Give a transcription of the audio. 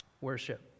Worship